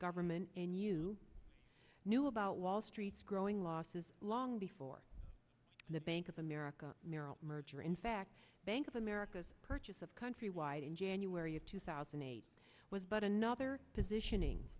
government and you knew about wall street's growing losses long before the bank of america merrill merger in fact bank of america's purchase of countrywide in january of two thousand and eight was but another positioning